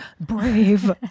Brave